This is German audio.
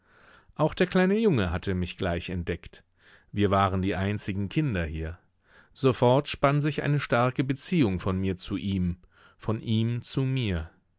auch der kleine junge hatte mich gleich entdeckt wir waren die einzigen kinder hier sofort spann sich eine starke beziehung von mir zu ihm von ihm zu mir